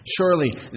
Surely